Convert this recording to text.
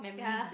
ya